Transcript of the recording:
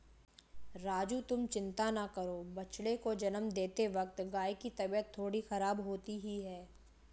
राजू तुम चिंता ना करो बछड़े को जन्म देते वक्त गाय की तबीयत थोड़ी खराब होती ही है